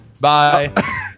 Bye